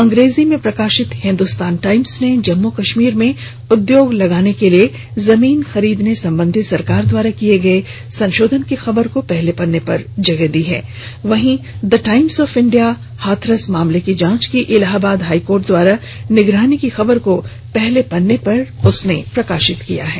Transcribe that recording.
अंग्रेजी में प्रकाशित हिन्दुस्तान टाईम्स ने जम्मू कश्मीर में उद्योग लगाने के लिए जमीन खरीदने संबंधी सरकार द्वारा किये गए संशोधन की खबर को पहले पन्ने पर जगह दी है वहीं the Times of India Hathras मामले की जांच की इलाहाबाद हाईकोर्ट द्वारा निगराणी की खबर को पहले पेज पर प्रकाशित किया है